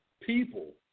people